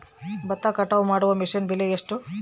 ಭತ್ತ ಕಟಾವು ಮಾಡುವ ಮಿಷನ್ ಬೆಲೆ ಎಷ್ಟು?